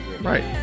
Right